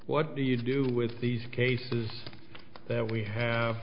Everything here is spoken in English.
what do you do with these cases that we have